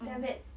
(uh huh)